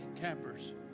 campers